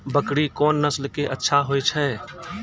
बकरी कोन नस्ल के अच्छा होय छै?